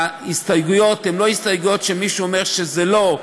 ההסתייגויות הן לא הסתייגויות שמישהו אומר שזה לא,